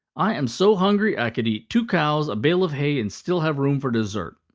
i am so hungry i could eat two cows, a bale of hay, and still have room for dessert.